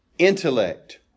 intellect